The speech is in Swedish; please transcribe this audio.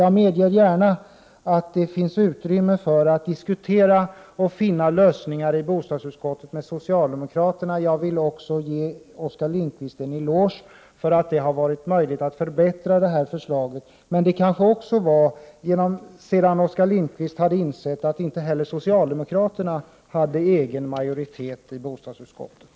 Jag medger gärna att det finns utrymme för att diskutera och för att finna lösningar tillsammans med socialdemokraterna i bostadsutskottet, och jag vill också ge Oskar Lindkvist en eloge för att det har varit möjligt att förbättra detta förslag. Men det kanske också berodde på att Oskar Lindkvist hade insett att socialdemokraterna inte hade egen majoritet i bostadsutskottet.